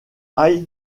high